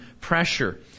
pressure